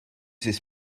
this